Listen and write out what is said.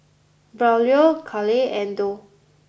Braulio Carleigh and Doug